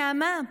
נעמה,